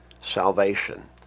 salvation